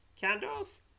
Candles